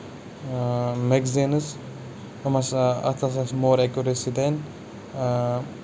آ میگزیٖنٕز یِم ہسا اَتھ ہسا چھِ مور اٮ۪کوٗریسی دِنۍ